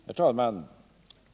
Herr talman!